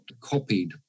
copied